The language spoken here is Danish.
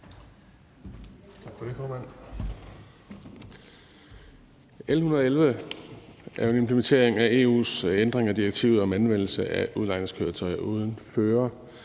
111 er en implementering af EU's ændring af direktivet om anvendelse af udlejningskøretøjer uden